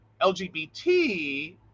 LGBT